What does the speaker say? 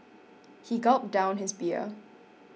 he gulped down his beer